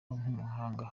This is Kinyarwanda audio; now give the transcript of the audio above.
nk’umuhanga